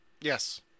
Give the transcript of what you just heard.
yes